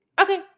Okay